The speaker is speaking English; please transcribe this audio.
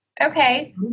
Okay